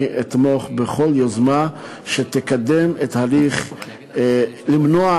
אני אתמוך בכל יוזמה שתקדם הליך למניעת